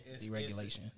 deregulation